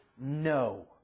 no